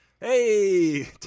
Hey